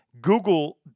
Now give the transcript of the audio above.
Google